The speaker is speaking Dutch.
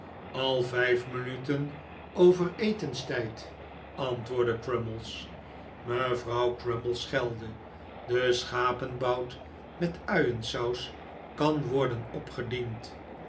al vijf minuten over etenstijd antwoordde crummies mevrouw crummies schelde de schapenbout met uiensaus kan worden opgediend